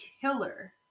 Killer